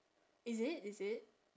is it is it